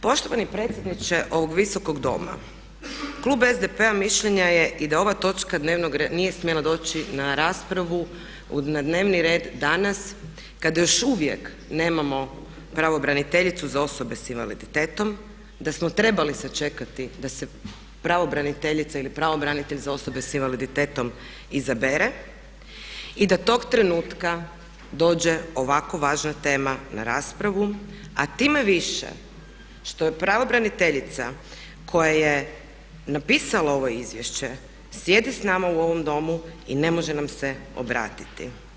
Poštovani predsjedniče ovog Visokog Doma, Klub SDP-a mišljenja je i da ova točka dnevnog reda nije smjela doći na raspravu, na dnevni red danas kada još uvijek nemamo pravobraniteljicu za osobe s invaliditetom, da smo trebali sačekati da se pravobraniteljica ili pravobranitelj za osobe s invaliditetom izabere i da tog trenutka dođe ovako važna tema na raspravu a tim više što je pravobraniteljica koja je napisala ovo izvješće sjedi s nama u ovom Domu i ne može nam se obratiti.